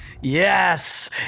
Yes